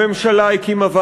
הממשלה הקימה,